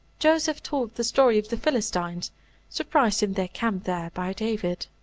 joseph told the story of the philistines surprised in their camp there by david.